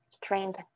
trained